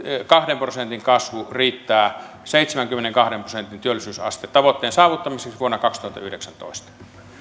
kahden prosentin kasvu riittää seitsemänkymmenenkahden prosentin työllisyysastetavoitteen saavuttamiseksi vuonna kaksituhattayhdeksäntoista